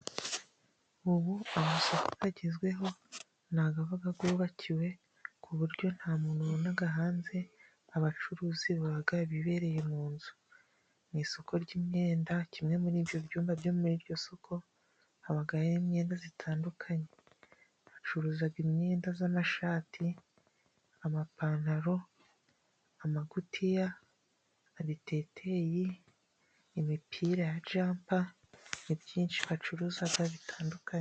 Ubu amasoko agezweho ni aba yubakiwe, ku buryo nta muntu ubona hanze. Abacuruzi baba bibereye mu nzu. Mu isoko ry'imyenda kimwe muri ibyo byumba byo muri iryo soko, habaho imyenda itandukanye. Bacuruza imyenda y'amashati, amapantaro, amagutiya, ibiteteyi, imipira ya jampa, ni byinshi bacuruza bitandukanye.